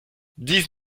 dix